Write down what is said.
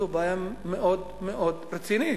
זו בעיה מאוד מאוד רצינית.